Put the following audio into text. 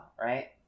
right